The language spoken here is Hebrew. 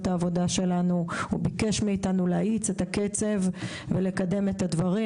העבודה שלנו וביקש מאיתנו להאיץ את הקצב ולקדם את הדברים,